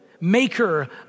maker